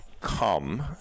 come